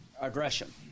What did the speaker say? aggression